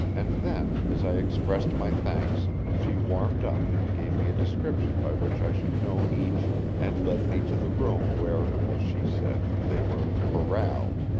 and then, as i expressed my thanks, she warmed up and gave me a description by which i should know each and led me to the room where, as she said, they were corralled.